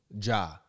Ja